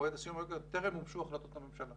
במועד הסיום טרם הוגשו החלטות הממשלה